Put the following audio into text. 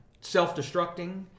self-destructing